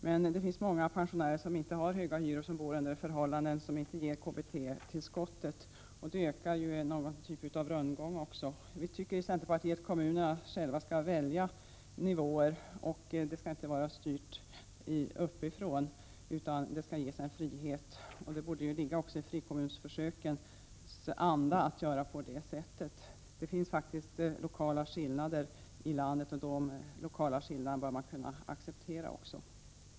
Men det finns många pensionärer som inte har höga hyror, som bor under förhållanden som inte ger KBT-tillskott. Då ökar också en typ av rundgång. Vi tycker i centerpartiet att kommunerna själva skall välja nivåer. Valet skall inte vara styrt uppifrån, utan det skall ges en frihet. Det borde också stämma med frikommunsförsökens anda. Det finns faktiskt lokala skillnader i landet, och dessa lokala skillnader bör man också acceptera.